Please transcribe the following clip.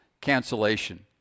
cancellation